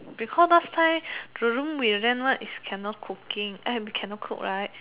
because last time the room we rent one is cannot cooking I have cannot cook right